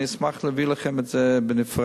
אני אשמח להעביר לכם את זה בנפרד,